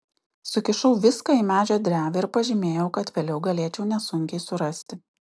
sukišau viską į medžio drevę ir pažymėjau kad vėliau galėčiau nesunkiai surasti